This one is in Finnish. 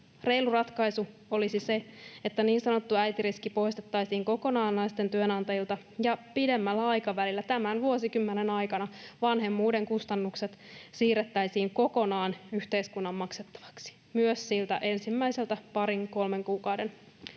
Reilu ratkaisu olisi se, että niin sanottu äitiriski poistettaisiin kokonaan naisten työnantajilta ja pidemmällä aikavälillä, tämän vuosikymmenen aikana, vanhemmuuden kustannukset siirrettäisiin kokonaan yhteiskunnan maksettavaksi, myös ensimmäiseltä parin kolmen kuukauden